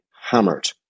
hammered